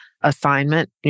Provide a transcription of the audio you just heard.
assignment